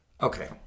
Okay